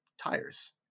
tires